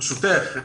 ברשותך,